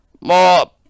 more